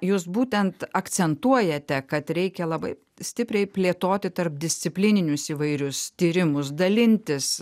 jūs būtent akcentuojate kad reikia labai stipriai plėtoti tarpdisciplininius įvairius tyrimus dalintis